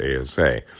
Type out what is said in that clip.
asa